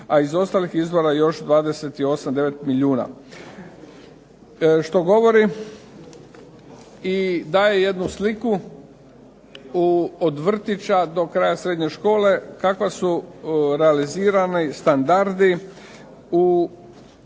A iz ostalih izvora još 28, 9 milijuna, što govori i daje jednu sliku u od vrtića do kraja srednje škole kakva su realizirani standardi u